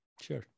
Sure